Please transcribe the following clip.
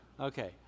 Okay